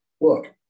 Look